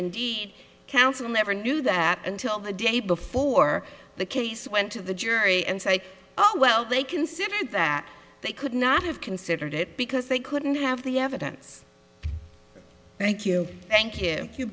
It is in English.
indeed counsel never knew that until the day before the case went to the jury and say oh well they considered that they could not have considered it because they couldn't have the evidence thank you you thank